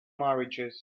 marriages